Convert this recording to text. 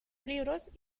libros